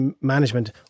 management